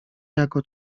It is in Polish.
jako